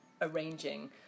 arranging